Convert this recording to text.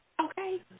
Okay